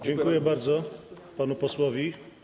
Dziękuję bardzo panu posłowi.